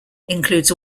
includes